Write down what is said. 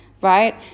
right